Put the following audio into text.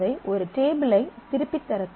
அவை ஒரு டேபிள் ஐ திருப்பித் தரும்